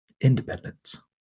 independence